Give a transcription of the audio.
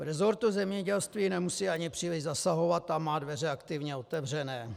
V resortu zemědělství nemusí ani příliš zasahovat, tam má dveře aktivně otevřené.